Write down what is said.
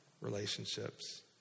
relationships